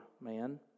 man